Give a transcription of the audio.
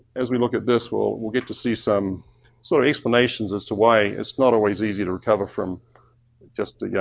as we look at this, we'll, we'll get to see some sort of explanations as to why it's not always easy to recover from just, yeah